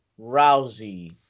Rousey